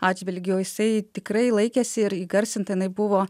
atžvilgiu jisai tikrai laikėsi ir įgarsinta jinai buvo